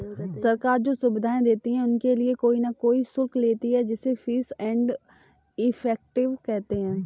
सरकार जो सुविधाएं देती है उनके लिए कोई न कोई शुल्क लेती है जिसे फीस एंड इफेक्टिव कहते हैं